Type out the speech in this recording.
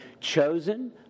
chosen